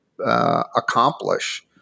Accomplish